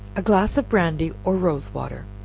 a glass of brandy, or rose-water,